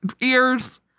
ears